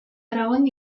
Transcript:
aragón